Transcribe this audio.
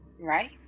right